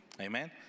Amen